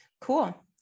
cool